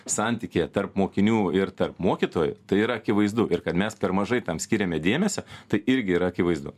santykyje tarp mokinių ir tarp mokytojų tai yra akivaizdu ir kad mes per mažai tam skiriame dėmesio tai irgi yra akivaizdu